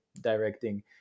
directing